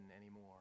anymore